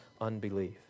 unbelief